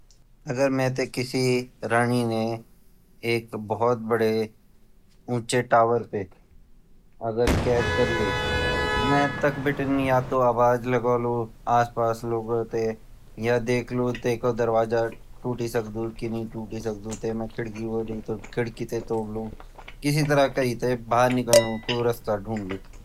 अगर मेते के राणी ने के भोत ऊँचा टावर पर कैद कर्ली ता मैं ताख बटिन या ता आवाज़ लगोलू आसपास लोगो ते या देखलु तेगो दरवाज़ा टूटी सकदु की नई टूटी सकदु ते मैं खिड़की ते तोडलु किसी तरह करि ते बहार निकलनों रास्ता करलु।